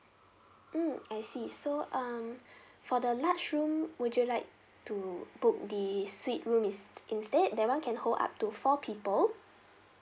mm I see so um for the large room would you like to book the suite room ins~ instead that [one] can hold up to four people